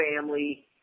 family